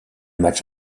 match